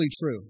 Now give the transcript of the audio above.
true